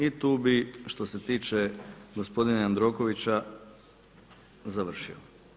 I tu bih što se tiče gospodine Jandrokovića završio.